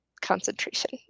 concentration